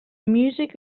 music